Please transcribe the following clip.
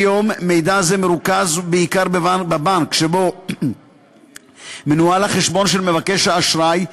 כיום מידע זה מרוכז בעיקר בבנק שבו מנוהל החשבון של מבקש האשראי,